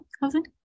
housing